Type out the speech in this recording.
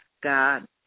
God